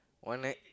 wanna